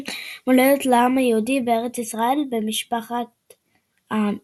"מולדת לעם היהודי בארץ ישראל במשפחת העמים".